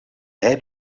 hij